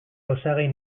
osagai